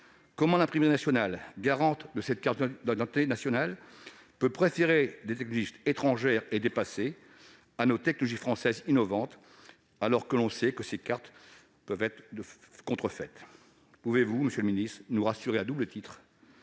comment l'Imprimerie nationale, garante de cette carte d'identité, peut-elle préférer des technologies étrangères et dépassées à nos technologies françaises innovantes, alors que l'on sait que ces cartes peuvent être contrefaites ? Pouvez-vous, monsieur le ministre nous rassurer à double titre :